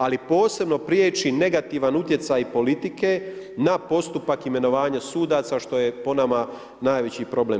Ali, posebno prijeći negativan utjecaj politike na postupak imenovanja sudaca što je po nama najveći problem.